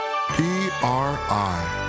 PRI